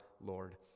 Lord